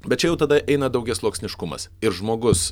bet čia jau tada eina daugiasluoksniškumas ir žmogus